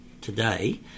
Today